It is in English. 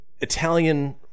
Italian